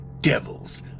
Devil's